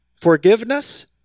Forgiveness